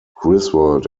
griswold